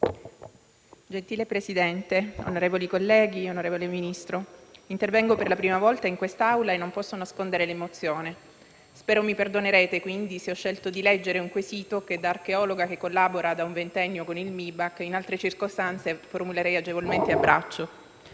Signor Presidente, onorevoli colleghi, signor Ministro, intervengo per la prima volta in quest'Aula e non posso nascondere l'emozione. Spero mi perdonerete, quindi, se ho scelto di leggere un quesito che, da archeologa che collabora da un ventennio con il Ministero per i beni e le attività